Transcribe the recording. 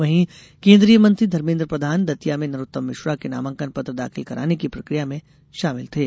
वही केन्द्रीय मंत्री धर्मेन्द्र प्रधान दतिया में नरोत्तम मिश्रा के नामांकन पत्र दाखिल कराने की प्रकिया में शाामिल थे